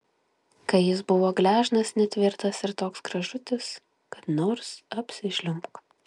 kai jis buvo gležnas netvirtas ir toks gražutis kad nors apsižliumbk